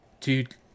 dude